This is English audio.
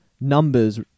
numbers